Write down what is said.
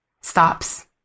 stops